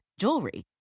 jewelry